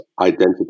identity